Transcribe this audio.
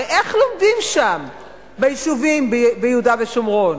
הרי איך לומדים שם ביישובים ביהודה ושומרון?